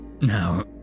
Now